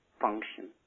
function